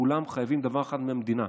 כולם חייבים דבר אחד מהמדינה,